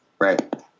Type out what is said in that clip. Right